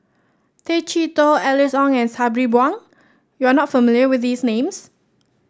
Tay Chee Toh Alice Ong and Sabri Buang you are not familiar with these names